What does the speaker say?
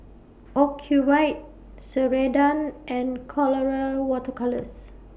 Ocuvite Ceradan and Colora Water Colours